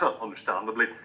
understandably